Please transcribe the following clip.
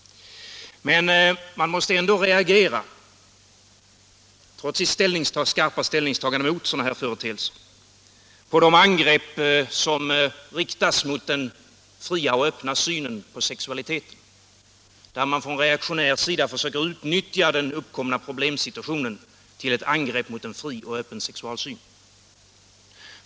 Man måste ändå reagera, trots sitt skarpa ställningstagande mot sådana här företeelser, mot de angrepp som riktas mot den fria och öppna synen på sexualiteten, när det från reaktionär sida görs försök att utnyttja den uppkomna problemsituationen för ett angrepp mot en fri och öppen sexualsyn.